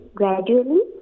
gradually